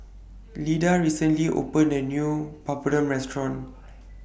Lidia recently opened A New Papadum Restaurant